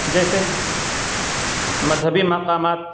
جیسے مذہبی مقامات